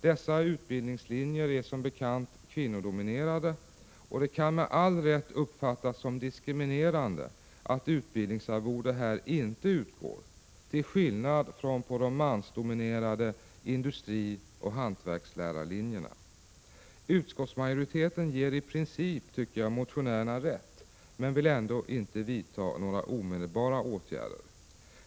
Dessa utbildningslinjer är som bekant kvinnodominerade, och det kan med all rätt uppfattas som diskriminerande att utbildningsarvode inte här utgår till skillnad från på de mansdominerade industrioch hantverkslärarlinjerna. Utskottsmajoriteten ger i princip motionärerna rätt men vill ändå inte vidta några omedelbara åtgärder.